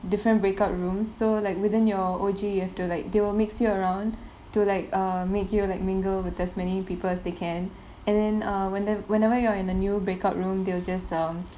different breakout rooms so like within your O_G you have to like they will mix you around to like err make you like mingle with as many people as they can and then err whenev~ whenever you are in a new breakout room they will just err